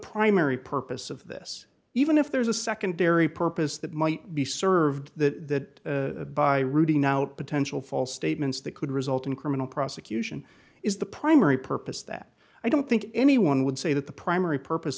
primary purpose of this even if there's a secondary purpose that might be served that by rooting out potential false statements that could result in criminal prosecution is the primary purpose that i don't think anyone would say that the primary purpose